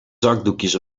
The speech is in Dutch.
zakdoekjes